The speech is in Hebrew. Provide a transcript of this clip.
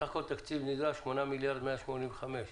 סך הכול תקציב נדרש, 8.185 מיליארד.